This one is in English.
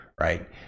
right